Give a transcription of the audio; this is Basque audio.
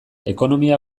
ekonomia